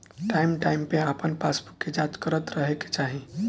time time पे अपन passbook के जाँच करत रहे के चाही